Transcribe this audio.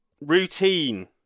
routine